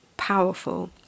Powerful